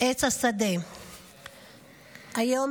עץ השדה" היום,